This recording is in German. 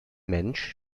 mensch